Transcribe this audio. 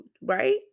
right